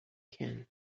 can